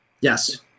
Yes